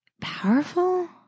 powerful